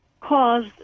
cause